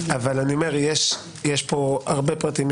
יש פה הרבה פרטים,